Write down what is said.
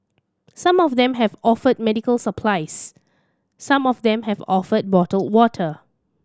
some of them have offered medical supplies some of them have offered bottled water